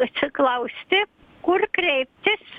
atsiklausti kur kreiptis